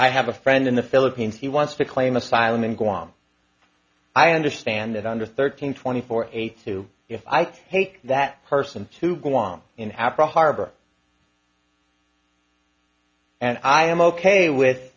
i have a friend in the philippines he wants to claim asylum in guam i understand that under thirteen twenty four eight two if i take that person to guam in africa harbor and i am ok with